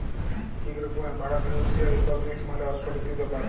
ইক রকমের পড়া ফিলালসিয়াল ইকলমিক্স মালে অথ্থলিতির ব্যাপার